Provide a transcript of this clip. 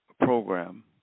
program